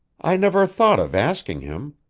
i never thought of asking him.